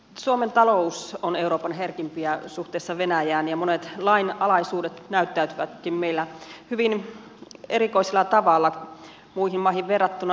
suomen talous on euroopan herkimpiä suhteessa venäjään ja monet lainalaisuudet näyttäytyvätkin meillä hyvin erikoisella tavalla muihin maihin verrattuna